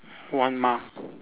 one mile